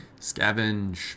Scavenge